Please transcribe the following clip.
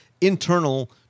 internal